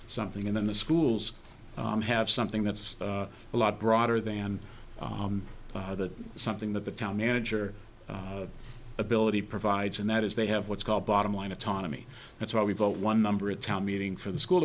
something and then the schools have something that's a lot broader than that something that the town manager ability provides and that is they have what's called bottom line autonomy that's what we vote one number at town meeting for the school